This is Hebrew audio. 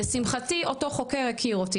לשמחתי אותו חוקר הכיר אותי,